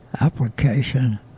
application